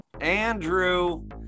Andrew